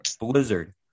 Blizzard